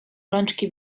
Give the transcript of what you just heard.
rączki